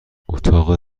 اتاق